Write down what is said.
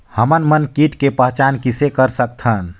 हमन मन कीट के पहचान किसे कर सकथन?